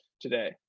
today